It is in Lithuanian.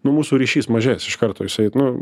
nu mūsų ryšys mažės iš karto jisai nu